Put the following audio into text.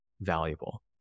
valuable